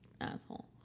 asshole